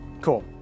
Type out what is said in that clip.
Cool